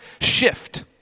shift